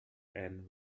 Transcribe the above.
and